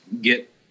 get